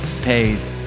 pays